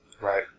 Right